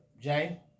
Jay